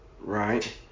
Right